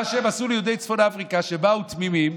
מה שהם עשו ליהודי צפון אפריקה, שבאו תמימים.